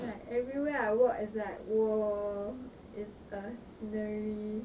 like everywhere I walk is like !whoa! is a scenery